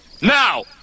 now